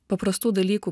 paprastų dalykų